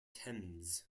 thames